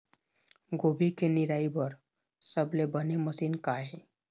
गोभी के निराई बर सबले बने मशीन का ये?